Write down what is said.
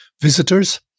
visitors